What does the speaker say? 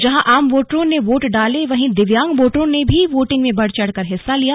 जहां आम वोटरों ने वोट डाले वहीं दिव्यांग वोटरों ने भी वोटिंग में बढ़ चढ़कर हिस्सा लिया